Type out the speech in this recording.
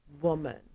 woman